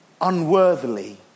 unworthily